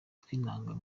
tw’intanga